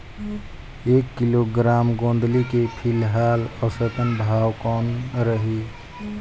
एक किलोग्राम गोंदली के फिलहाल औसतन भाव कौन रही?